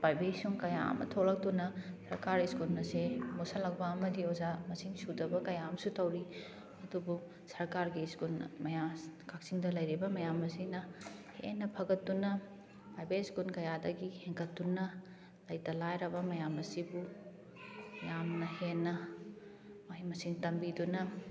private school ꯀꯌꯥ ꯑꯃ ꯊꯣꯛꯂꯛꯇꯨꯅ ꯁꯔꯀꯥꯔ ꯁ꯭ꯀꯨꯜ ꯑꯁꯦ ꯃꯨꯠꯁꯜꯂꯛꯄ ꯑꯃꯗꯤ ꯑꯣꯖꯥ ꯃꯁꯤꯡ ꯁꯨꯗꯕ ꯀꯌꯥ ꯑꯃꯁꯨ ꯇꯧꯔꯤ ꯑꯗꯨꯕꯨ ꯁꯔꯀꯥꯔꯒꯤ ꯁ꯭ꯀꯨꯜ ꯃꯌꯥꯝ ꯀꯛꯆꯤꯡꯗ ꯂꯩꯔꯤꯕ ꯃꯌꯥꯝ ꯑꯁꯤꯅ ꯍꯦꯟꯅ ꯐꯥꯒꯠꯇꯨꯅ ꯄ꯭ꯔꯥꯏꯚꯦꯠ ꯁ꯭ꯀꯨꯜ ꯀꯌꯥꯗꯒꯤ ꯍꯦꯟꯒꯠꯇꯨꯅ ꯂꯩꯇ ꯂꯥꯏꯔꯕ ꯃꯌꯥꯝ ꯑꯁꯤꯕꯨ ꯌꯥꯝꯅ ꯍꯦꯟꯅ ꯃꯍꯩ ꯃꯁꯤꯡ ꯇꯝꯕꯤꯗꯨꯅ